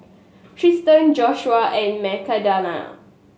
Tristen Joshua and Magdalena